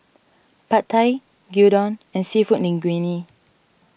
Pad Thai Gyudon and Seafood Linguine